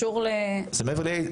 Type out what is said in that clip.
זה מעבר לזה,